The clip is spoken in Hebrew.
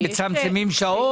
גם שם אתם מצמצמים שעות?